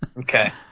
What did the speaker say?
Okay